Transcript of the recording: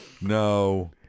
no